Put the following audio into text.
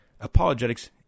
Apologetics